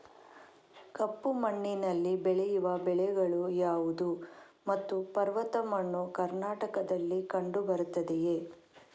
ಕಪ್ಪು ಮಣ್ಣಿನಲ್ಲಿ ಬೆಳೆಯುವ ಬೆಳೆಗಳು ಯಾವುದು ಮತ್ತು ಪರ್ವತ ಮಣ್ಣು ಕರ್ನಾಟಕದಲ್ಲಿ ಕಂಡುಬರುತ್ತದೆಯೇ?